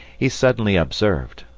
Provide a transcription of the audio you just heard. he suddenly observed,